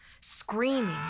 Screaming